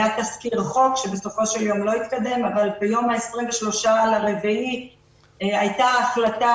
היה תזכיר חוק שבסופו של יום לא התקדם אבל ביום ה-23/4 הייתה החלטה